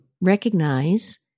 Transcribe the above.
recognize